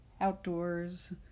outdoors